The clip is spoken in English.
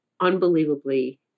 unbelievably